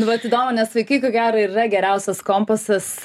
nu vat įdomu nes vaikai ko gero ir yra geriausias kompasas